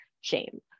shame